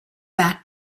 back